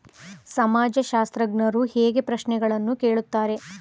ಸಮಾಜಶಾಸ್ತ್ರಜ್ಞರು ಹೇಗೆ ಪ್ರಶ್ನೆಗಳನ್ನು ಕೇಳುತ್ತಾರೆ?